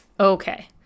okay